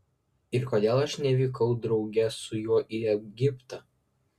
ir kodėl aš nevykau drauge su juo į egiptą